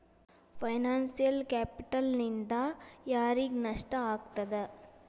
Financial ಕ್ಯಾಪಿಟಲ್ನಿಂದಾ ಯಾರಿಗ್ ನಷ್ಟ ಆಗ್ತದ?